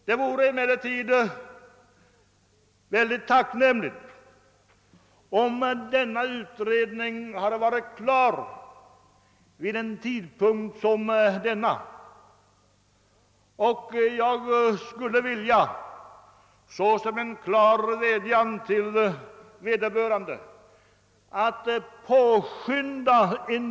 Det hade varit tacknämligt om denna utredning varit färdig vid en tidpunkt som denna, och jag vädjar till vederbörande att påskynda den.